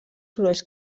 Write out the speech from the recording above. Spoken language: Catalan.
sorolls